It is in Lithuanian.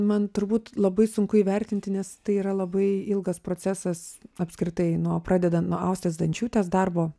man turbūt labai sunku įvertinti nes tai yra labai ilgas procesas apskritai nuo pradedan nuo austės ztančiūtės darbo